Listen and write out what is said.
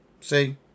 See